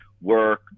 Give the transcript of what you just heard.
work